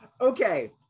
okay